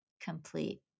complete